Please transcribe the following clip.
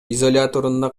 изоляторунда